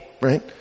right